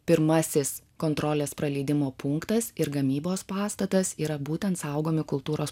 pirmasis kontrolės praleidimo punktas ir gamybos pastatas yra būtent saugomi kultūros